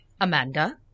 Amanda